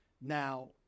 Now